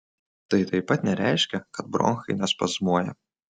tai taip pat nereiškia kad bronchai nespazmuoja